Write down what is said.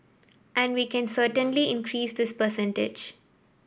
and we can certainly increase this percentage